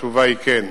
התשובה היא כן.